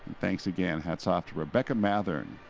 thanks again, hats off to rebecca matherne,